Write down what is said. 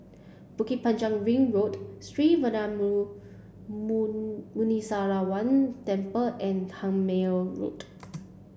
Bukit Panjang Ring Road Sree Veeramuthu Muneeswaran Temple and Tangmere Road